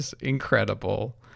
Incredible